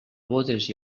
bodes